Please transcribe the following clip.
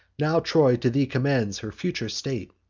now troy to thee commends her future state,